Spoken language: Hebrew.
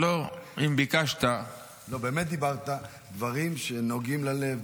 אם ביקשת -- באמת דיברת דברים שנוגעים ללב,